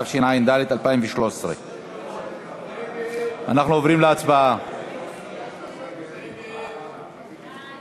התשע"ד 2013. ההצעה להסיר מסדר-היום